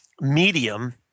medium